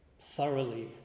thoroughly